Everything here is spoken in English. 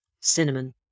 cinnamon